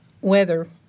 weather